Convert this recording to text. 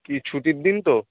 কি ছুটির দিন তো